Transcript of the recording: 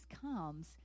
comes